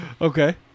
Okay